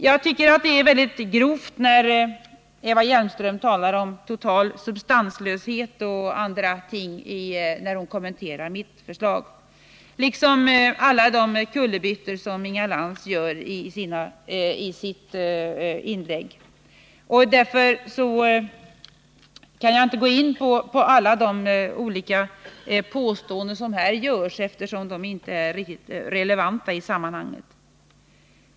Jag tycker det är väldigt grovt när Eva Hjelmström talar om total substanslöshet och andra ting när hon kommenterar mitt svar. Detsamma gäller alla de kullerbyttor som Inga Lantz gör i sitt inlägg. Därför går jag inte in på alla de olika påståenden som här görs, eftersom de inte är riktigt relevanta i sammanhanget.